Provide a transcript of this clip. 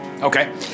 Okay